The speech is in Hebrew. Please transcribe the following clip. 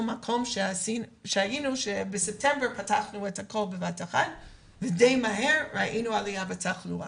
מקום כשפתחנו בספטמבר את הכל בבת אחת ודי מהר ראינו עליה בתחלואה.